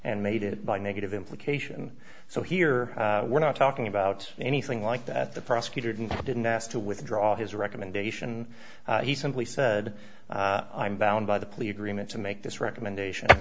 and made it by negative implication so here we're not talking about anything like that the prosecutor didn't ask to withdraw his recommendation he simply said i'm bound by the police agreement to make this recommendation